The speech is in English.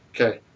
Okay